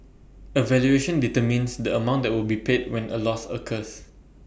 A valuation determines the amount that will be paid when A loss occurs